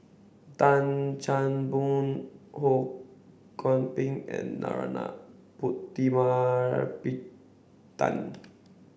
Tan Chan Boon Ho Kwo n Ping and Narana Putumaippittan